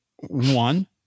One